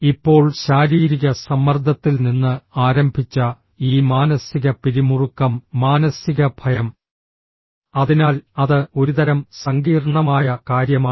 ഇപ്പോൾ ശാരീരിക സമ്മർദ്ദത്തിൽ നിന്ന് ആരംഭിച്ച ഈ മാനസിക പിരിമുറുക്കം മാനസിക ഭയം അതിനാൽ അത് ഒരുതരം സങ്കീർണ്ണമായ കാര്യമാണ്